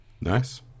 nice